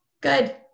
Good